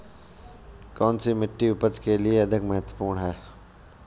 कौन सी मिट्टी उपज के लिए अधिक महत्वपूर्ण है?